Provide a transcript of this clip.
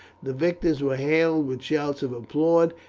the victors were hailed with shouts of applause,